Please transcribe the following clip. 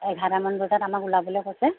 এঘাৰটামান বজাত আমাক ওলাবলৈ কৈছে